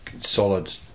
solid